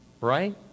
Right